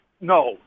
no